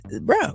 bro